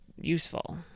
useful